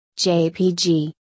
JPG